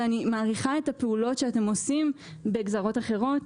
אני מעריכה את הפעולות שאתם עושים בגזרות אחרות